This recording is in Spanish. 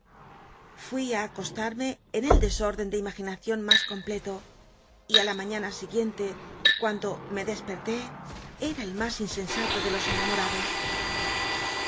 fui ú acostarme en el desórden de imaginacion mas completo y ü t mañana siguiente cuando me despet'lé era el mas insensato de los enamorados